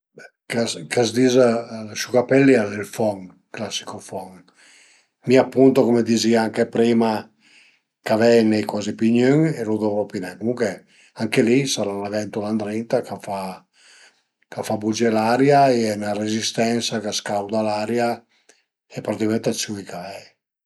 Ch'a s'dis asciugacapelli al e ël fon, ël classico fon, mi appunto cume dizìa anche prima, cavei n'ai cuazi pi gnün e lu dovru pi nen comuncue anche li a i serà 'na ventula ëndrinta ch'a fa ch'a fa bugé l'aria e 'na rezistensa ch'a scauda l'aria e praticament a süa i cavei